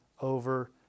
over